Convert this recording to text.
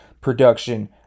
production